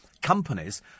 companies